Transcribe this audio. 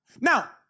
Now